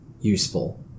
useful